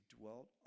dwelt